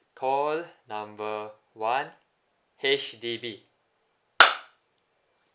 call number one H_D_B